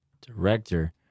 director